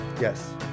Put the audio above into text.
yes